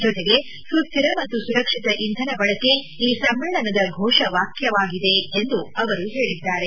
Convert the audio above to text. ಜತೆಗೆ ಸುಸ್ವಿರ ಮತ್ತು ಸುರಕ್ಷಿತ ಇಂಧನ ಬಳಕೆ ಈ ಸಮ್ಮೇಳನದ ಘೋಷವಾಕ್ವವಾಗಿದೆ ಎಂದು ಅವರು ಹೇಳದ್ದಾರೆ